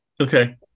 okay